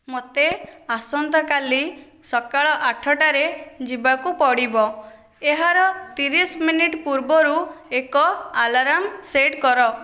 ମୋତେ ଆସନ୍ତାକାଲି ସକାଳ ଆଠଟାରେ ଯିବାକୁ ପଡ଼ିବ ଏହାର ତିରିଶ ମିନିଟ୍ ପୂର୍ବରୁ ଏକ ଆଲାର୍ମ୍ ସେଟ୍ କର